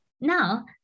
Now